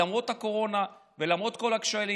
למרות הקורונה ולמרות כל הכשלים,